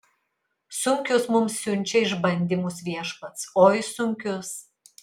sunkius mums siunčia išbandymus viešpats oi sunkius